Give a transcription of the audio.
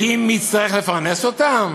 יודעים מי יצטרך לפרנס אותם?